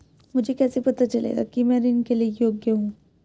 मुझे कैसे पता चलेगा कि मैं ऋण के लिए योग्य हूँ?